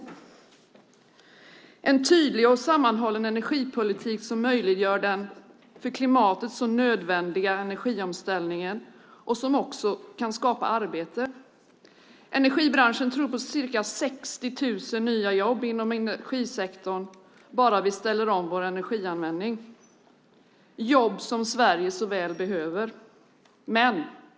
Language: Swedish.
Vi måste ha en tydlig och sammanhållen politik som möjliggör den för klimatet så nödvändiga energiomställningen och också kan skapa arbete. Energibranschen tror på ca 60 000 nya jobb inom energisektorn bara vi ställer om vår energianvändning. Det är jobb som Sverige behöver.